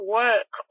work